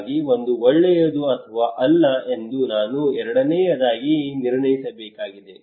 ಹಾಗಾಗಿ ಇದು ಒಳ್ಳೆಯದು ಅಥವಾ ಅಲ್ಲ ಎಂದು ನಾನು ಎರಡನೆಯದಾಗಿ ನಿರ್ಣಯಿಸಬೇಕಾಗಿದೆ